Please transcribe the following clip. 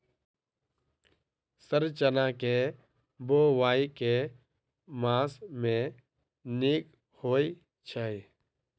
Sir चना केँ बोवाई केँ मास मे नीक होइ छैय?